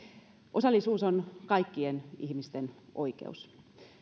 osallisuus on kaikkien ihmisten oikeus